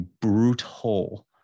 brutal